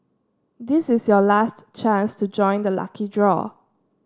this is your last chance to join the lucky draw